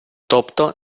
тобто